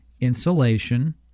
insulation